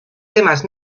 temas